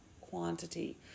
quantity